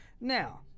Now